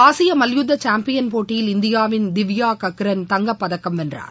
ஆசிய மல்யுத்த சாம்பியன் போட்டியில் இந்தியாவின் திவ்யாகன்ன் தங்கப்பதக்கம் வென்றார்